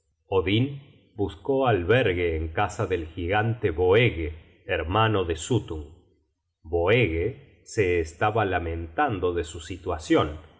odin buscó albergue en casa del gigante boege hermano de suttung boege se estaba lamentando de su situacion